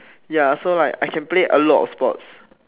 ya so like I can play a lot of sports